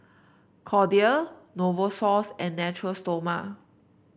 Kordel Novosource and Natura Stoma